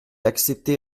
acceptait